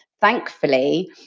thankfully